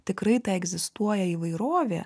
tikrai ta egzistuoja įvairovė